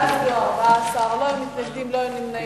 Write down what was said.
נמנעים.